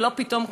ולא פתאום,